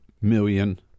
million